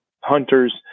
hunters